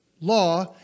law